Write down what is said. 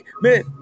man